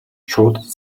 шууд